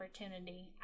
opportunity